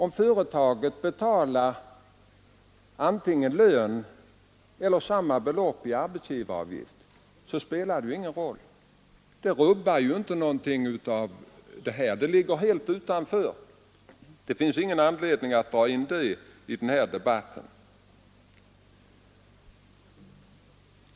Om företaget betalar en viss summa i lön eller betalar samma summa i arbetsgivaravgift spelar ingen roll i detta hänseende. Det rubbar ju inte någonting här utan ligger helt utanför, varför det inte finns någon anledning att dra in det i den här debatten.